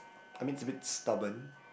I mean is a bit stubborn